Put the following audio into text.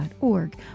org